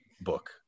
book